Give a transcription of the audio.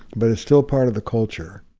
but it's still part of the culture.